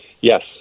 yes